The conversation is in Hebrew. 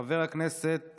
חבר הכנסת